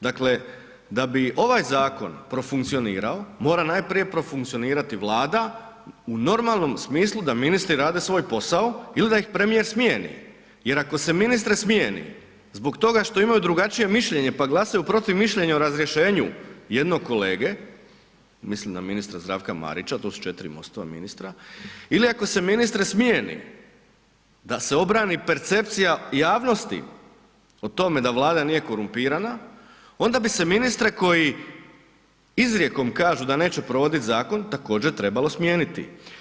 Dakle da bi ovaj zakon profunkcionirao mora najprije profunkcionirati Vlada u normalnom smislu da rade svoj posao ili da ih premijer smijeni jer ako se ministre smijeni zbog toga što imaju drugačije mišljenje pa glasaju protiv mišljenja o razrješenju jednog kolege, mislim na ministra Zdravka Marića to su četiri MOST-ova ministra ili ako se ministre smijeni da se obrani percepcija javnosti o tome da Vlada nije korumpirana onda bi se ministre koji izrijekom kažu da neće provoditi zakon također trebalo smijeniti.